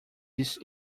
this